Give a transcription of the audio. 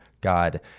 God